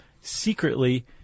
secretly